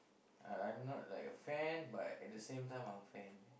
uh I'm not like a fan but at the same time I'm a fan